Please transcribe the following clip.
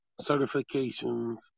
certifications